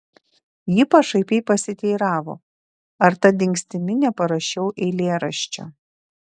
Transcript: ji pašaipiai pasiteiravo ar ta dingstimi neparašiau eilėraščio